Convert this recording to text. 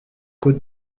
côtes